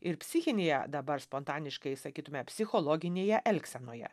ir psichinėje dabar spontaniškai sakytume psichologinėje elgsenoje